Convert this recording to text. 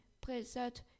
present